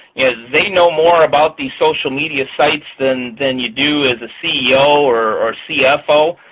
they know more about the social media sites than than you do as a ceo or cfo.